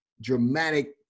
dramatic